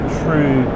true